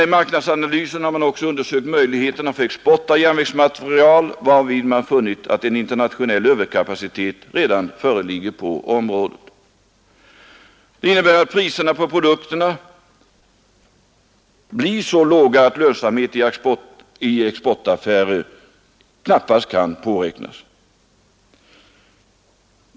I marknadsanalysen har man också undersökt möjligheterna för export av järnvägsmateriel, varvid man funnit att en internationell överkapacitet redan föreligger på området. Detta innebär att priserna på produkterna blir så låga att lönsamhet i exportaffärer knappast kan påräknas.